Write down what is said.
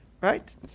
Right